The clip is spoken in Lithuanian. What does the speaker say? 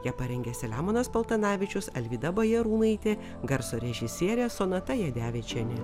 ją parengė selemonas paltanavičius alvyda bajarūnaitė garso režisierė sonata jadevičienė